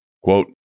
Quote